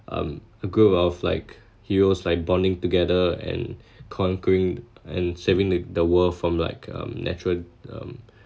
um a group of like heroes like bonding together and conquering and saving the the world from like um natural um